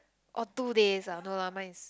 oh two days ah no lah mine is